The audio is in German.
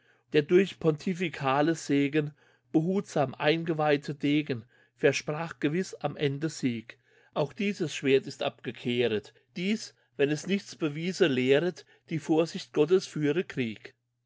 der durch pontificale segen behutsam eingeweihte degen versprach gewiß am ende sieg auch dieses schwert ist abgekehret dies wenn es nichts bewiese lehret die vorsicht gottes führe krieg